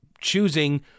choosing